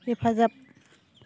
हेफाजाब